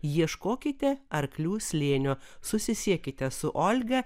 ieškokite arklių slėnio susisiekite su olga